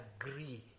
agree